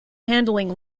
handling